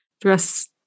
dress